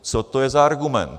Co to je za argument?